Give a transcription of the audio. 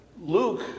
Luke